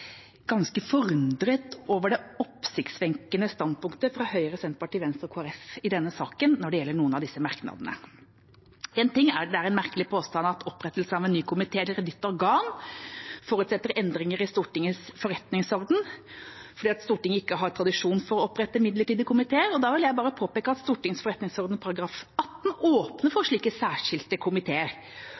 ganske forundret over det oppsiktsvekkende standpunktet fra Høyre, Senterpartiet, Venstre og Kristelig Folkeparti i denne saken når det gjelder noen av disse merknadene. Én ting er at det er en merkelig påstand at opprettelse av en ny komité eller et nytt organ forutsetter endringer i Stortingets forretningsorden fordi Stortinget ikke har tradisjon for å opprette midlertidige komiteer. Da vil jeg bare påpeke at Stortingets forretningsorden § 18 åpner for slike særskilte komiteer,